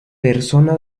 persona